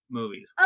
movies